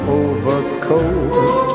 overcoat